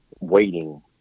waiting